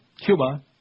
Cuba